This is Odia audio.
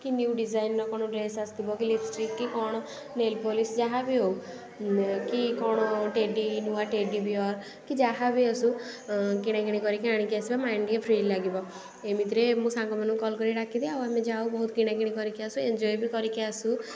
କି ନ୍ୟୁ ଡିଜାଇନର କ'ଣ ଡ୍ରେସ ଆସିଥିବ କି ଲିପଷ୍ଟିକ କି କ'ଣ ନେଲପଲିସ୍ ଯାହା ବି ହେଉ କି କ'ଣ ଟେଡ୍ଡୀ ନୁଆ ଟେଡ୍ଡୀ ବିୟର କି ଯାହା ବି ଆସୁ କିଣାକିଣି କରିକି ଆସିବା ମାଇଣ୍ଡ ଟିକେ ଫ୍ରି ଲାଗିବ ଏମିତିରେ ମୁଁ ସାଙ୍ଗଙ୍କମାନଙ୍କୁ କଲ୍ କରିକି ଡାକିଦିଏ ଆଉ ଆମେ ଯାଉ ବହୁତ କିଣାକିଣି କରିକି ଆସୁ ଏନଜୟ ବି କରିକି ଆସୁ